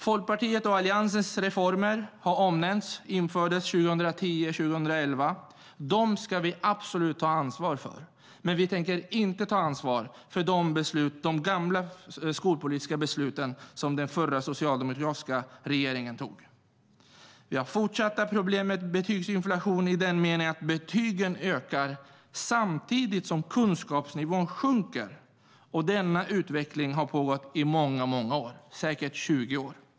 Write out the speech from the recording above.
Folkpartiets och Alliansens reformer som infördes 2010 och 2011 har omnämnts. Dem ska vi absolut ta ansvar för, men vi tänker inte ta ansvar för de gamla skolpolitiska beslut som den förra socialdemokratiska regeringen tog. Vi har fortsatta problem med betygsinflation i den meningen att betygen höjs samtidigt som kunskapsnivån sjunker. Denna utveckling har pågått i många år, säkert i 20 år.